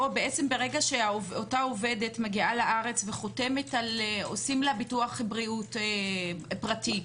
ברגע שאותה עובדת מגיעה לארץ עושים לה ביטוח בריאות פרטי?